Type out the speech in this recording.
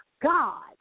God